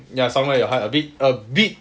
ya somewhere your height a bit a bit